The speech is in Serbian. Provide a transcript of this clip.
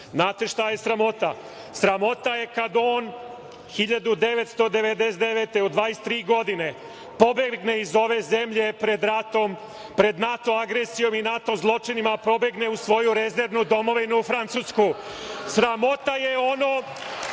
Znate šta je sramota? Sramota je kad on 1999. godine, u 23 godine, pobegne iz ove zemlje pred ratom, pred NATO agresijom i NATO zločinima, pobegne u svoju rezervnu domovinu, u Francisku. Sramota je ono